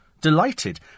Delighted